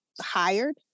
hired